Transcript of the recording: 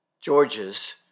George's